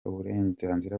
uburenganzira